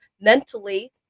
mentally